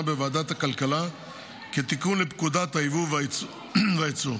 בוועדת הכלכלה כתיקון לפקודת היבוא והיצוא.